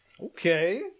Okay